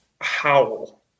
howl